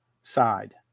side